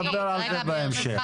נדבר על זה בהמשך.